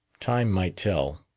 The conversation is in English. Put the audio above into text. time might tell.